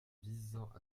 visant